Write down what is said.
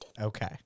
Okay